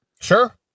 Sure